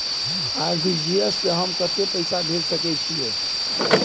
RTG S स हम कत्ते पैसा भेज सकै छीयै?